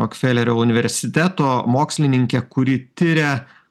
rokfelerio universiteto mokslininkę kuri tiria